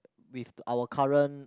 with our current